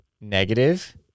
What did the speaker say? negative